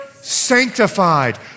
sanctified